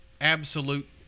absolute